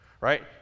right